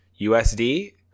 USD